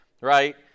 right